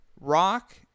Rock